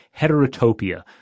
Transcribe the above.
heterotopia